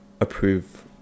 approve